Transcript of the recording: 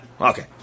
Okay